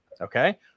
Okay